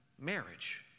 marriage